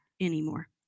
anymore